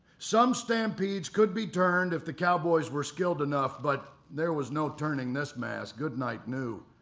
some stampedes could be turned, if the cowboys were skilled enough. but there was no turning this mass, goodnight knew.